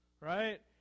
right